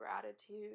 gratitude